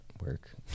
work